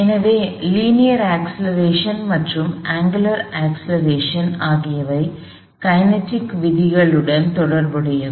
எனவே linear acceleration மற்றும் angular acceleration ஆகியவை இயக்கவியல் விதிகளுடன் தொடர்புடையவை